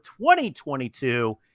2022